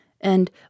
and